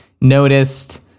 noticed